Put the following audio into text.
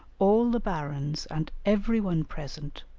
all the barons and every one present,